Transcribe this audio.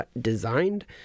designed